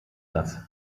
satz